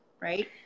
Right